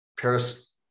paris